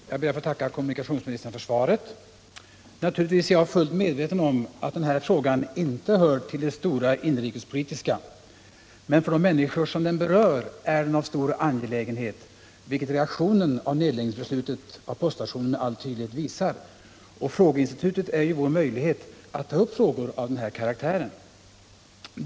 Herr talman! Jag ber att få tacka kommunikationsministern för svaret. Naturligtvis är jag fullt medveten om att den här frågan inte hör till de stora inrikespolitiska frågorna, men för de människor som den angår är den mycket angelägen, vilket reaktionen på beslutet om nedläggning av poststationen med all tydlighet visar. Frågeinstitutet är ju vår möjlighet att ta upp problem av den här karaktären.